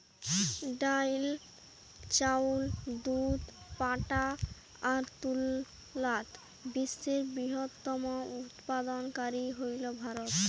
ডাইল, চাউল, দুধ, পাটা আর তুলাত বিশ্বের বৃহত্তম উৎপাদনকারী হইল ভারত